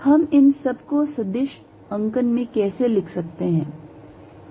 हम इन सब को सदिश अंकन में कैसे लिख सकते हैं